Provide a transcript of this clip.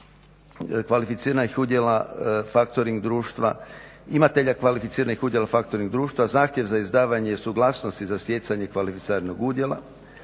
factoring društva, imatelja kvalificiranih udjela factoring društva, zahtjev za izdavanje suglasnosti za stjecanje kvalificiranog udjela,